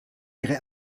ihre